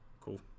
Cool